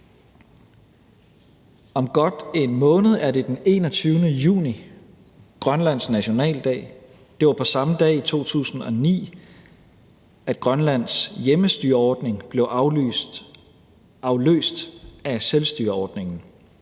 Om godt en måned er det den 21. juni, altså Grønlands nationaldag. Det var på samme dag i 2009, at Grønlands hjemmestyreordning blev afløst af selvstyreordningen.